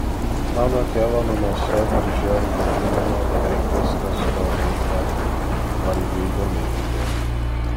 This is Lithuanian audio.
mano tėvo namuose darže užauginama beveik viskas ko reikia valgiui gaminti